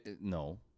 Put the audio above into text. No